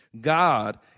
God